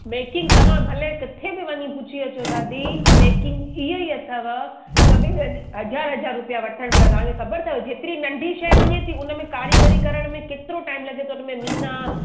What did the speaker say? making तव्हां भले किथे बि वञी पुछी अचो दादी मेकिंग इहो ई अथव सभिनी हंधु हज़ार हज़ार रुपया वठनि था तव्हांखे ख़बर अथव जेतिरी नंढी शइ वञे थी हुन में कारीगरी करण में केतिरो टाइम लॻे थो हुन में मिना